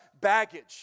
baggage